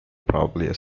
probably